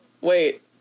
wait